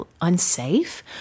unsafe